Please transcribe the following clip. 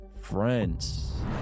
friends